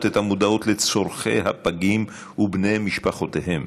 את המודעות לצורכי הפגים ובני משפחותיהם,